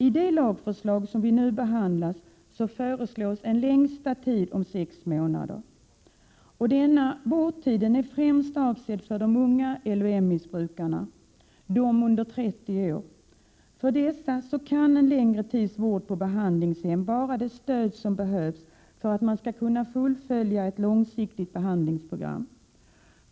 I det lagförslag som vi nu behandlar föreslås en längsta vårdtid om sex månader. Denna vårdtid är avsedd främst för de unga missbrukare som omfattas av LVM. Dessa är under 30 år. För dem kan en längre tids vård på behandlingshem vara det stöd som behövs för att de sedan skall kunna fullfölja ett långsiktigt behandlingsprogram.